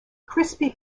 crispy